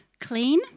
clean